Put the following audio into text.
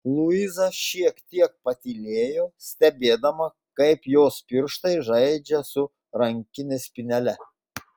luiza šiek tiek patylėjo stebėdama kaip jos pirštai žaidžia su rankinės spynele